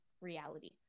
reality